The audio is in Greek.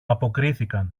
αποκρίθηκαν